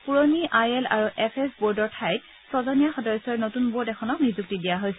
পুৰণি I L আৰু F S বোৰ্ডৰ ঠাইত ছজনীয়া সদস্যৰ নতুন বোৰ্ড এখনক নিযুক্তি দিয়া হৈছে